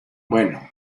bueno